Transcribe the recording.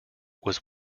was